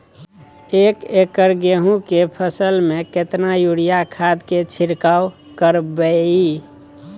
एक एकर गेहूँ के फसल में केतना यूरिया खाद के छिरकाव करबैई?